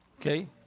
Okay